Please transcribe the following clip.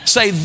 Say